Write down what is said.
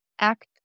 act